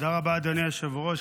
תודה רבה, אדוני היושב-ראש.